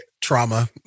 Trauma